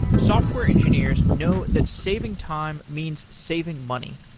software engineers know that saving time means saving money.